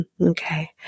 Okay